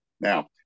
Now